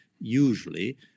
usually